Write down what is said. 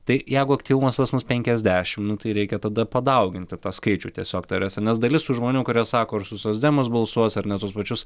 tai jeigu aktyvumas pas mus penkiasdešim nu tai reikia tada padauginti tą skaičių tiesiog ta prasme nes dalis tų žmonių kurie sako aš už socdemus balsuosiu ar net tuos pačius